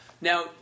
Now